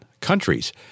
countries